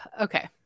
Okay